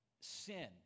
sin